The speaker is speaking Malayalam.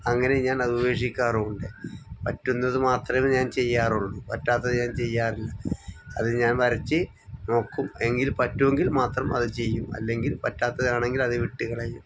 അങ്ങനെ ഞാനത് ഉപേക്ഷിക്കാറുമുണ്ട് പറ്റുന്നത് മാത്രമേ ഞാൻ ചെയ്യാറുള്ളൂ പറ്റാത്തത് ഞാൻ ചെയ്യാറില്ല അത് ഞാൻ വരച്ചു നോക്കും എങ്കിൽ പറ്റുമെങ്കിൽ മാത്രം അത് ചെയ്യും അല്ലെങ്കിൽ പറ്റാത്തതാണെങ്കിൽ അത് വിട്ടു കളയും